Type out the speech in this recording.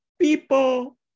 People